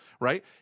right